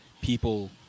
people